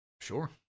Sure